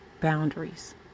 boundaries